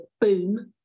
boom